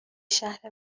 شهر